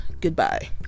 Goodbye